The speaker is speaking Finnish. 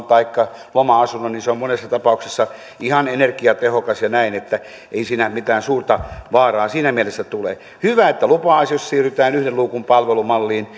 taikka loma asunnon kun laittaa kuntoon se on monessa tapauksessa ihan energiatehokas ja näin että ei siinä mitään suurta vaaraa siinä mielessä tule hyvä että lupa asioissa siirrytään yhden luukun palvelumalliin